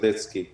סדצקי במעבדה.